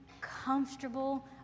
comfortable